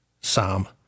Psalm